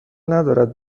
ندارد